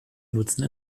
nutzen